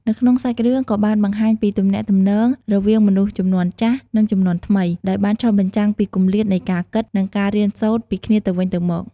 នៅក្នុងសាច់រឿងក៏បានបង្ហាញពីទំនាក់ទំនងរវាងមនុស្សជំនាន់ចាស់ និងជំនាន់ថ្មី ដោយបានឆ្លុះបញ្ចាំងពីគម្លាតនៃការគិត និងការរៀនសូត្រពីគ្នាទៅវិញទៅមក ។